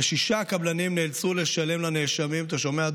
כשישה קבלנים נאלצו לשלם לנאשמים" אתה שומע,